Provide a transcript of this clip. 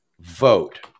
vote